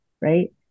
right